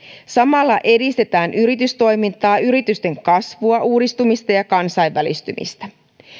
samalla edistetään yritystoimintaa yritysten kasvua uudistumista ja kansainvälistymistä